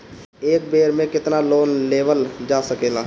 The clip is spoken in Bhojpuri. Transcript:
एक बेर में केतना लोन लेवल जा सकेला?